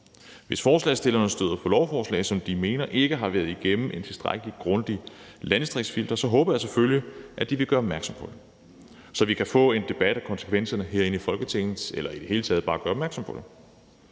Hvis forslagsstillerne støder på lovforslag, som de mener ikke har været igennem et tilstrækkelig grundigt landdistriktsfilter, så håber jeg selvfølgelig, at de vil gøre opmærksom på det, så vi kan få en debat om konsekvenserne herinde i Folketinget – eller i det hele taget bare gøre opmærksom på det.